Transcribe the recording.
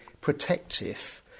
protective